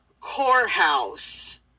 courthouse